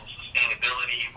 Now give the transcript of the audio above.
sustainability